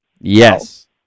Yes